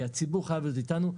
כי הציבור חייב להיות איתנו.